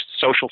social